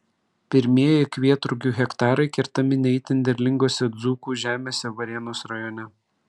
pirmieji kvietrugių hektarai kertami ne itin derlingose dzūkų žemėse varėnos rajone